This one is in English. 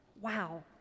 Wow